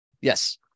yes